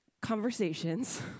conversations